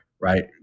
right